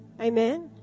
Amen